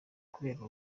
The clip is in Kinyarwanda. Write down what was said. kubera